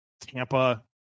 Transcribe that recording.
Tampa